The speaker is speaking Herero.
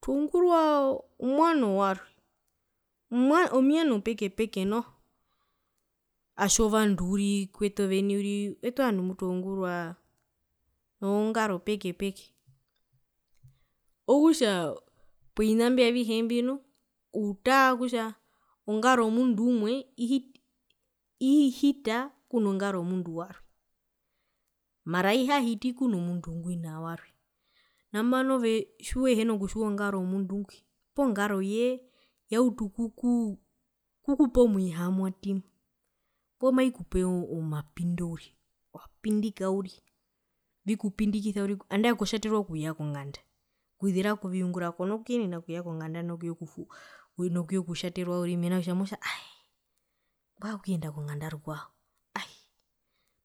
Twaungurwa omwano warwe omiano peke peke nohootjovandu uriri kwete oveni uriri owete ovandu mbutwaungurwa noo ngaro peke peke okutja povina mbi avihe mbi nu utaa kutja ongaro yomundu umwe ihita ihita kuno ngaro yomundu warwe mara aihahiti kuno mundu ngwina owarwe nambano ove tjiuhena kutjiwa ongaroyomundu ngwi poo ongaro ye yautu okuku okupa omwihamwatima poo maikupe omapindo uri wapindika uri vikupindikisa uriri andae kotjaterwa okuya konganda okuzira koviungura kona kuyenena okuya konganda nokuye nokuye kutjaterwa uriri mena rokutja motja aee mbwae okuyenda konganda rukwao aee